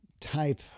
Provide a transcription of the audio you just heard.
type